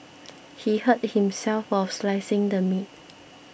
he hurt himself while slicing the meat